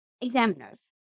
examiners